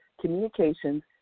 communications